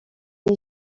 est